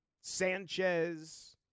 Sanchez